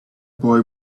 boy